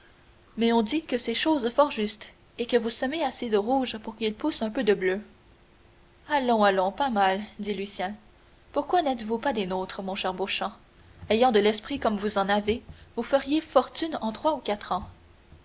mais on dit que c'est chose fort juste et que vous semez assez de rouge pour qu'il pousse un peu de bleu allons allons pas mal dit lucien pourquoi n'êtes vous pas des nôtres mon cher beauchamp ayant de l'esprit comme vous en avez vous feriez fortune en trois ou quatre ans